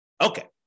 Okay